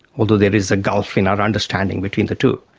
although there is a gulf in our understanding between the two,